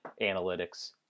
analytics